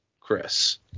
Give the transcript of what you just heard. Chris